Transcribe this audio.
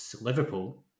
Liverpool